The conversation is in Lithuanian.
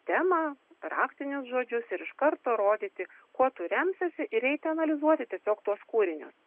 temą raktinius žodžius ir iš karto rodyti kuo tu remsiesi ir reikia analizuoti tiesiog tuos kūrinius